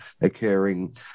occurring